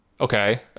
Okay